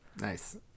Nice